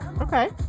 Okay